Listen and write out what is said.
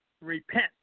Repent